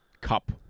Cup